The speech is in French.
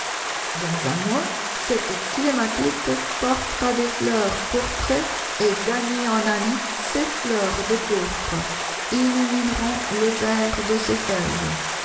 dans un mois cette clématite portera des fleurs pourprées et d'année en année ses fleurs de pourpre illumineront le vert de ses feuilles